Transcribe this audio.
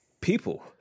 people